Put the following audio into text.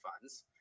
funds